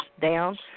down